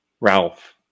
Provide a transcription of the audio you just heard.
ralph